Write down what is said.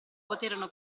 poterono